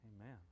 Amen